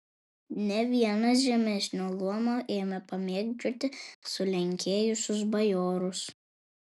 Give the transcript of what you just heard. ne vienas žemesnio luomo ėmė pamėgdžioti sulenkėjusius bajorus